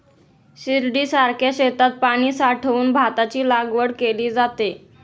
शिर्डीसारख्या शेतात पाणी साठवून भाताची लागवड केली जाते